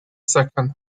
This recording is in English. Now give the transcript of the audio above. second